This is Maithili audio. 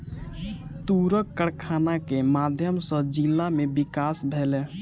तूरक कारखाना के माध्यम सॅ जिला में विकास भेलै